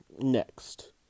next